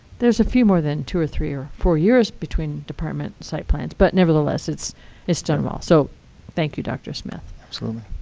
there's a few more than two, three, or four years between department and site plans. but nevertheless, it's it's done well. so thank you, dr smith. absolutely.